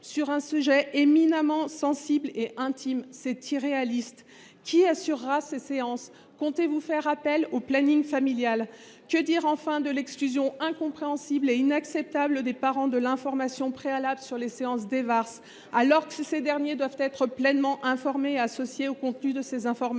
sur un sujet éminemment sensible et intime. C’est irréaliste ! Qui assurera ces séances ? Comptez vous faire appel au planning familial ? Que dire enfin de l’exclusion incompréhensible et inacceptable des parents de l’information préalable sur les séances d’Evars, alors que ces derniers doivent être pleinement informés et associés au contenu des interventions ?